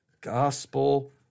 Gospel